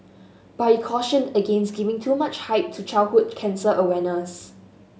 but he cautioned against giving too much hype to childhood cancer awareness